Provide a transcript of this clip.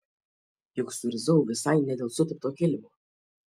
juk suirzau visai ne dėl sutepto kilimo